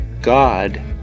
God